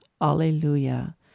alleluia